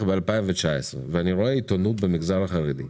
ב-2019 ואני רואה "עיתונות במגזר החרדי"